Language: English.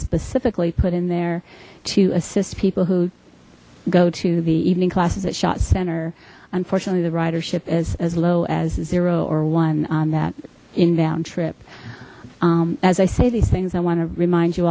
specifically put in there to assist people who go to the evening classes at shot center unfortunately the ridership is as low as zero or one on that inbound trip as i say these things i want to remind you